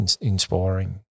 inspiring